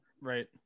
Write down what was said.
Right